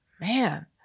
man